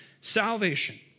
salvation